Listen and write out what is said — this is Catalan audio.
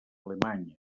alemanya